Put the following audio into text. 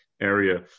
area